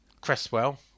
Cresswell